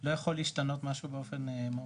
לא יכול להשתנות משהו באופן מהותי.